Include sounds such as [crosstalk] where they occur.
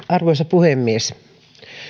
[unintelligible] arvoisa puhemies